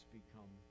become